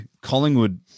Collingwood